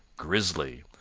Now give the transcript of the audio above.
grizzly,